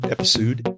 Episode